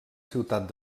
ciutat